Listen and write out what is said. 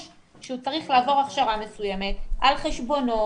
שהוא צריך לעבור הכשרה מסוימת על חשבונו